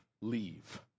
leave